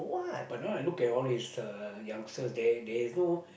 but now I look at all these uh youngster there there is no